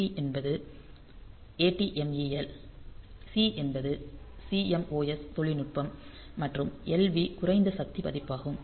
AT என்பது ATMEL C என்பது CMOS தொழில்நுட்பம் மற்றும் LV குறைந்த சக்தி பதிப்பாகும்